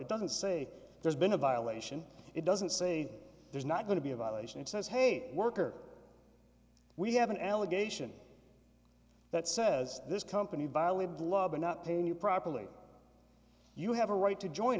it doesn't say there's been a violation it doesn't say there's not going to be a violation and says hey worker we have an allegation that says this company violate blub and not paying you properly you have a right to join